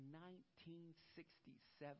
1967